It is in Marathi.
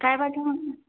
काय पाठवू मग